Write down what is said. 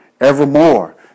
evermore